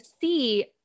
see